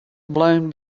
blown